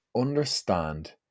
understand